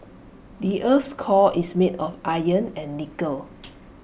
the Earth's core is made of iron and nickel